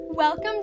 Welcome